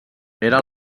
era